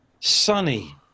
sunny